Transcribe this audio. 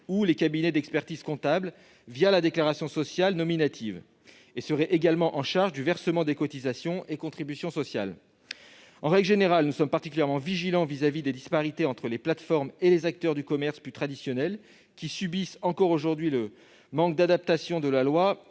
ou les cabinets d'expertise comptable, la déclaration sociale nominative. Elles seraient également chargées du versement des cotisations et des contributions sociales. En règle générale, nous sommes particulièrement vigilants à l'égard des disparités de traitement entre les plateformes et les acteurs du commerce plus traditionnel, qui subissent encore aujourd'hui le manque d'adaptation de la loi